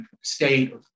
state